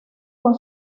con